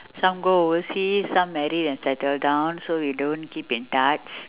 some go overseas some married and settle down so we don't keep in touch